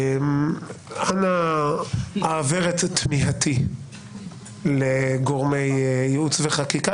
אנא, העבר את תמיהתי לגורמי ייעוץ וחקיקה.